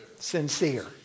Sincere